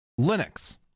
Linux